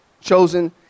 chosen